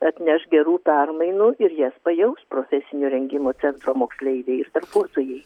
atneš gerų permainų ir jas pajaus profesinio rengimo centro moksleiviai ir darbuotojai